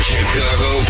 Chicago